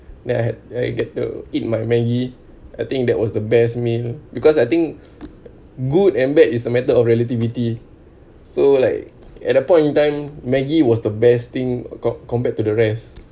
then I had I get to eat my maggie I think that was the best meal because I think good and bad is a matter of relativity so like at that point in time maggie was the best thing com~ compared to the rest